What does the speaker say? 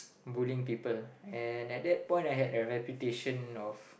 bullying people and at that point I had a reputation of